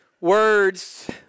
words